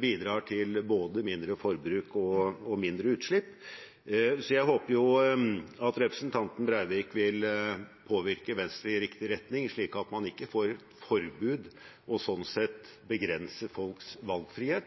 bidrar til både mindre forbruk og mindre utslipp. Så jeg håper jo at representanten Breivik vil påvirke Venstre i riktig retning, slik at man ikke får forbud og sånn sett begrenser folks valgfrihet,